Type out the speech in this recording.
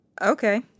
Okay